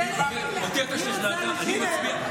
אני עם יוליה, רגע.